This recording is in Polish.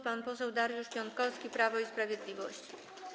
Pan poseł Dariusz Piontkowski, Prawo i Sprawiedliwość.